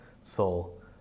soul